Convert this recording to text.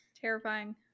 terrifying